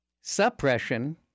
suppression